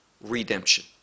Redemption